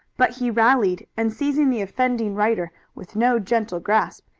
but he rallied, and seizing the offending rider with no gentle grasp,